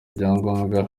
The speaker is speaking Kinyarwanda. ibyangombwa